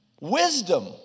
Wisdom